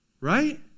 right